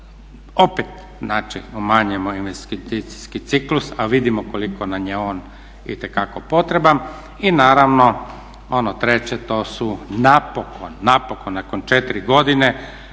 znači umanjujemo investicijski ciklus a vidimo koliko nam je on itekako potreban. I naravno ono treće to su napokon, napokon nakon 4 godine